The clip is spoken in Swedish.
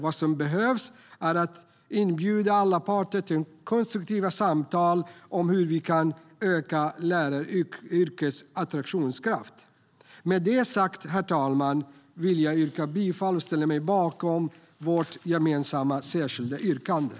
Vad som behövs är att inbjuda alla parter till konstruktiva samtal om hur vi kan öka läraryrkets attraktionskraft. Med det sagt, herr talman, står jag bakom vårt gemensamma särskilda yttrande.